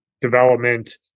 development